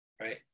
right